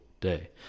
day